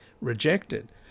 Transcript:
rejected